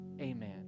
amen